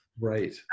Right